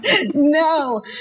No